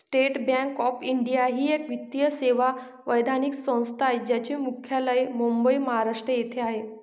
state Bank of India ही एक वित्तीय सेवा वैधानिक संस्था आहे ज्याचे मुख्यालय मुंबई, महाराष्ट्र येथे आहे